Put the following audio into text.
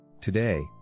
Today